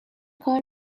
کار